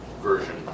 version